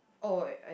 oh I